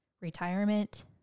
Retirement